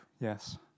Yes